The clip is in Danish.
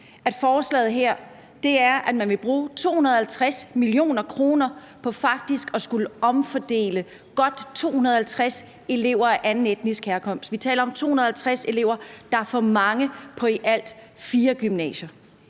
at forslaget her er, at man vil bruge 250 mio. kr. på faktisk at skulle omfordele godt 250 elever af anden etnisk herkomst. Vi taler om 250 for mange elever på i alt fire gymnasier.